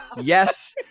yes